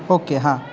okay हां